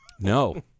No